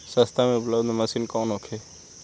सस्ता में उपलब्ध मशीन कौन होखे?